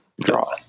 draw